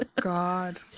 god